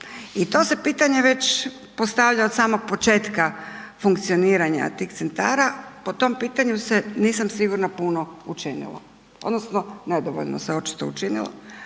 I to se pitanje već postavlja od samog početka funkcioniranja tih centara, po tom pitanju se nisam sigurna puno učinilo odnosno nedovoljno se očito učinilo,